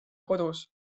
kodus